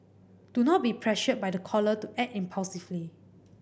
do not be pressured by the caller to act impulsively